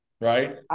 right